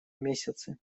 месяцы